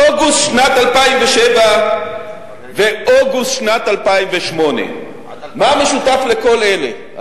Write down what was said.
אוגוסט שנת 2007 ואוגוסט שנת 2008. מה משותף לכל אלה,